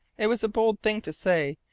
it was a bold thing to say,